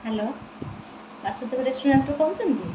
hello ଆଶୁତୋ ରେଷ୍ଟୁରାଣ୍ଟରୁ କହୁଛନ୍ତି କି